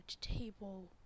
table